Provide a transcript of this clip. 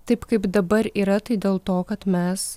taip kaip dabar yra tai dėl to kad mes